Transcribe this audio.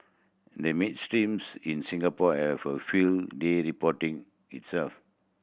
they mainstreams in Singapore have a few day reporting itself